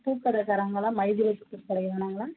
பூக்கடக்காரங்களா Maithili பூக்கடைதானங்களா